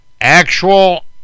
actual